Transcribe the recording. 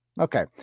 Okay